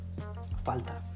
Falta